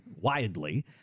widely